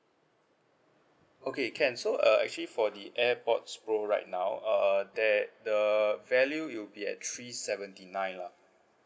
okay can so uh actually for the airpods pro right now err that the value it'll be at three seventy nine lah